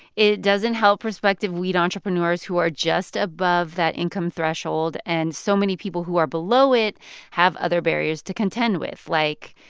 it doesn't help prospective weed entrepreneurs who are just above that income threshold. and so many people who are below it have other barriers to contend with, like,